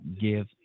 give